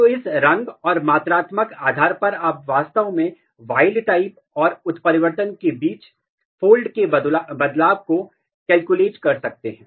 तो इस रंग और मात्रात्मक आधार पर आप वास्तव में wild type और उत्परिवर्तन के बीच fold के बदलाव को कैलकुलेट कर सकते हैं